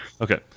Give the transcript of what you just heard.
Okay